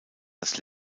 das